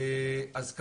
אז,